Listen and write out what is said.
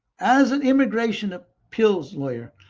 as an immigration appeals lawyer,